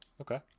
Okay